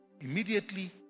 immediately